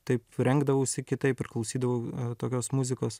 taip rengdavausi kitaip ir klausydavau tokios muzikos